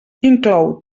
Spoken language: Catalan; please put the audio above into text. inclou